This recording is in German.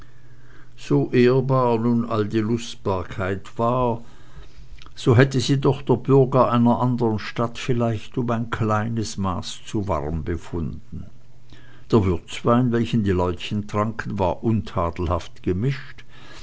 so ehrbar nun all die lustbarkeit war so hätte sie doch der bürger einer anderen stadt vielleicht um ein kleines maß zu warm befunden der würzwein welchen die leutchen tranken war untadelhaft gemischt